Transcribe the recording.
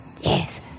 Yes